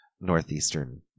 Northeastern